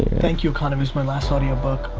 thank you economy is my last audio book.